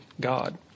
God